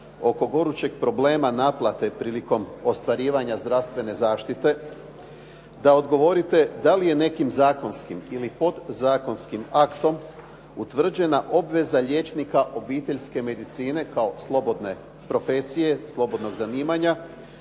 oko gorućeg problema naplate prilikom ostvarivanja zdravstvene zaštite, da odgovorite da li je nekim zakonskim ili podzakonskim aktom utvrđena obveza liječnika obiteljske medicine kao slobodne profesije, slobodnog zanimanja